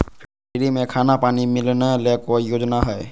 Free में खाना पानी मिलना ले कोइ योजना हय?